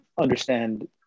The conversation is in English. understand